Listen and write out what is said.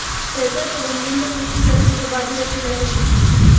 बेहतर प्रबंधन से कृषि जल की बर्बादी रोकी जा सकेगी